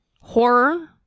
Horror